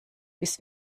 bis